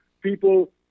people